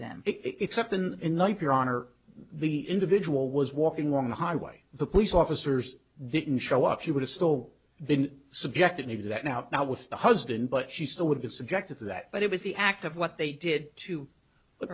them except in in like your honor the individual was walking on the highway the police officers didn't show up she would have still been subjected to that now now with the husband but she still would be subjected to that but it was the act of what they did to